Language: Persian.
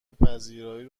پذیرایی